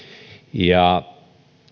ja